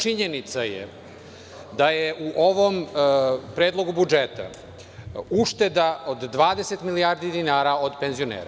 Činjenica je da je u ovom Predlogu budžeta ušteda od 20 milijardi dinara od penzionera.